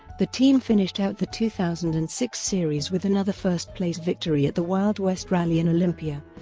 the team finished out the two thousand and six series with another first-place victory at the wild west rally in olympia,